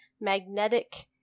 magnetic